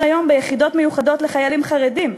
היום ביחידות מיוחדות לחיילים חרדים,